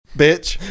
bitch